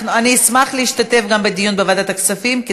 אני אשמח להשתתף גם בדיון בוועדת הכספים,